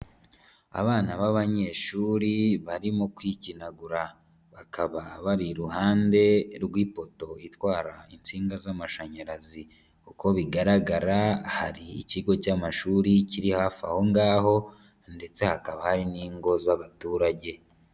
Abana b'abanyeshuri barimo kwikinagura, bakaba bari iruhande rw'ipoto itwara insinga z'amashanyarazi, uko bigaragara hari ikigo cy'amashuri kiri hafi aho ngaho ndetse hakaba hari n'ingo z'abaturage.